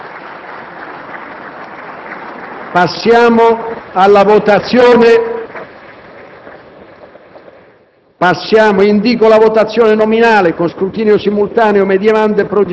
Passiamo alla votazione